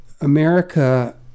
America